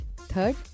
Third